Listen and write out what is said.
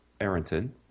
Arrington